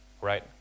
right